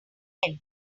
end